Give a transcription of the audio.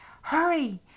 Hurry